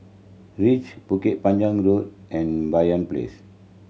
Reach Bukit Panjang Road and Banyan Place